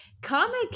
Comic